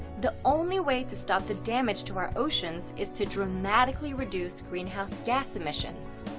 the only way to stop the damage to our oceans is to dramatically reduce greenhouse gas emissions.